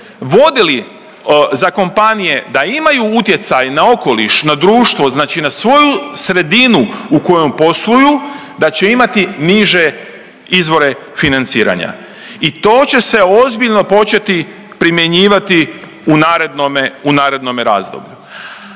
vodili za kompanije da imaju utjecaj na okoliš, na društvo znači na svoju sredinu u kojoj posluju da će imati niže izvore financiranja. I to će se ozbiljno početi primjenjivati u narednome razdoblju.